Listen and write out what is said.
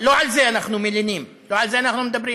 לא על זה אנחנו מלינים, לא על זה אנחנו מדברים.